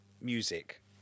music